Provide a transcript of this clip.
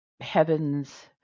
heaven's